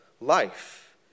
life